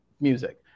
music